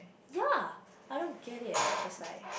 ya I don't get it eh it's like